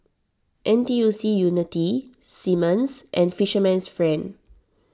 N T U C Unity Simmons and Fisherman's Friend